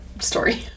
story